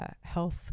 health